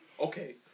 Okay